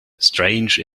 strange